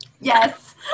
Yes